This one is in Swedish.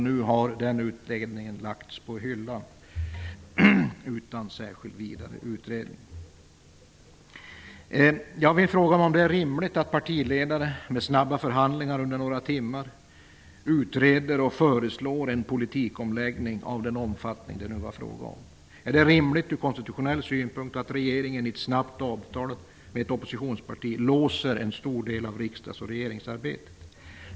Nu har den granskningen lagts på hyllan utan någon särskild utredning. Jag frågar mig: Är det rimligt att partiledare med snabba förhandlingar under några timmar utreder och föreslår en politikomläggning av den omfattning det här var fråga om? Är det rimligt ur konstitutionell synpunkt att regeringen i ett snabbt träffat avtal med ett oppositionsparti låser en stor del av riksdags och regeringsarbetet?